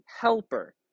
helper